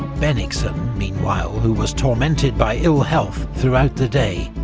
bennigsen, meanwhile, who was tormented by ill health throughout the day,